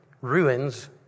ruins